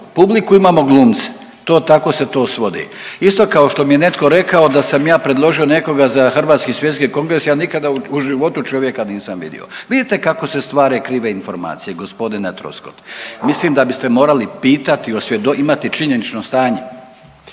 publiku, imamo glumce. To tako se to svodi. Isto kao što mi je netko rekao da sam ja predložio nekoga za Hrvatski svjetski kongres, ja nikada u životu čovjeka nisam vidio. Vidite kako se stvaraju krive informacije, g. Troskot. Mislim da biste morali pitati, .../nerazumljivo/... imati činjenično stanje.